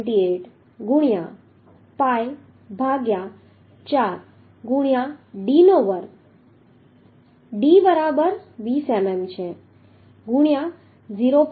78 ગુણ્યા pi ભાગ્યા 4 ગુણ્યા d નો વર્ગ d બરાબર 20 mm છે ગુણ્યા 0